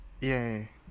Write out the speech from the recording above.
Yay